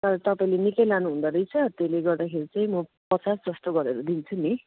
तर तपाईँले निकै लानु हुँदो रहेछ त्यसले गर्दाखेरि चाहिँ म पचासजस्तो गरेर दिन्छु नि